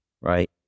Right